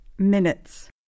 Minutes